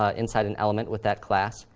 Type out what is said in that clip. ah inside an element with that class.